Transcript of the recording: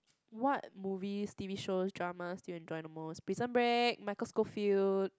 what movies T_V shows dramas do you enjoy the most Prison Break Michael Scofield